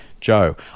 Joe